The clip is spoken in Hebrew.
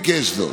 מיקי לוי,